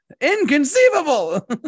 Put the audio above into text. Inconceivable